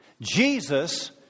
Jesus